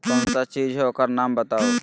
कौन सा चीज है ओकर नाम बताऊ?